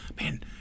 Man